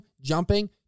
jumping